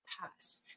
pass